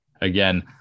Again